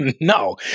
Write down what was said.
No